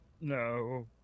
No